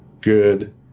good